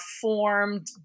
formed